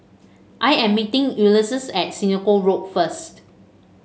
I am meeting Ulysses at Senoko Road first